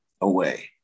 away